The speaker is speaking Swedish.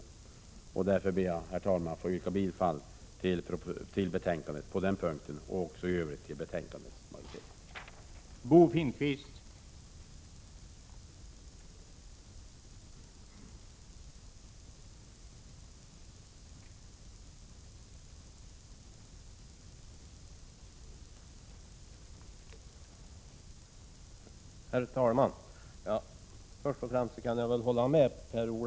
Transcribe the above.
Jag ber därför att få yrka bifall till utskottets hemställan på den punkten och även i övrigt utom alltså när det gäller reservation 2, till vilken jag redan yrkat bifall.